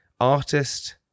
artist